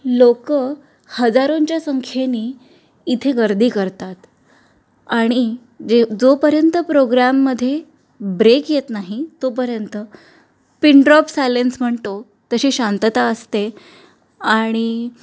लोकं हजारोंच्या संख्येनी इथे गर्दी करतात आणि जे जोपर्यंत प्रोग्रॅममध्ये ब्रेक येत नाही तोपर्यंत पिनड्रॉप सायलेन्स म्हणतो तशी शांतता असते आणि